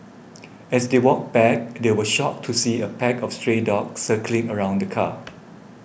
as they walked back they were shocked to see a pack of stray dogs circling around the car